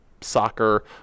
soccer